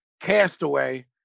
castaway